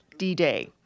D-Day